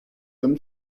them